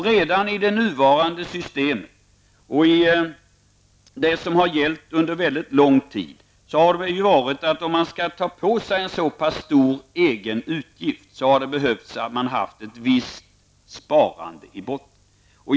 Redan i det nuvarande systemet, som har gällt under mycket lång tid, har det krävts att man har haft ett visst sparande i botten om man skall ta på sig en så pass stor egen utgift.